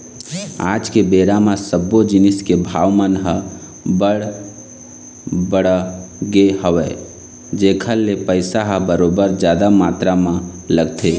आज के बेरा म सब्बो जिनिस के भाव मन ह बड़ बढ़ गे हवय जेखर ले पइसा ह बरोबर जादा मातरा म लगथे